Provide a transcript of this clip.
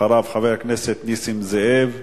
אחריו, חבר הכנסת נסים זאב,